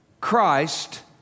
Christ